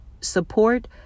support